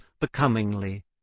becomingly